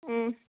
ꯎꯝ